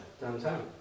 downtown